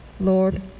Lord